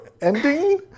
ending